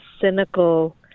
cynical